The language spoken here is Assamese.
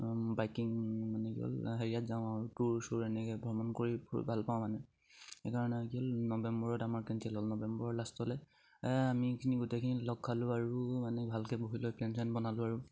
বাইকিং মানে কি হ'ল হেৰিয়াত যাওঁ আৰু টুৰ চুৰ এনেকে ভ্ৰমণ কৰি ভাল পাওঁ মানে সেইকাৰণে কি হ'ল নৱেম্বৰত আমাৰ কেঞ্চেল হ'ল নৱেম্বৰৰ লাষ্টলে আমিখিনি গোটেইখিনি লগ খালোঁ আৰু মানে ভালকে বহি লৈ প্লেন চেন বনালোঁ আৰু